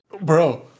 bro